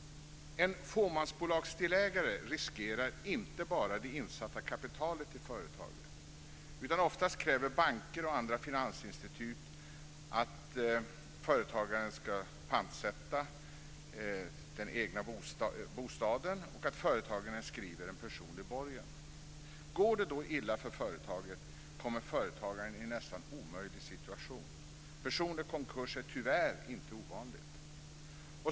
En fåmansbolagsdelägare riskerar inte bara det insatta kapitalet i företaget. Oftast kräver banker och andra finansinstitut att företagaren ska pantsätta den egna bostaden och skriva en personlig borgen. Går det illa för företaget hamnar företagaren i en nästan omöjlig situation. Personlig konkurs är tyvärr inte ovanligt.